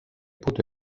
puudu